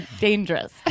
dangerous